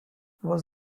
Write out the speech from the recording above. was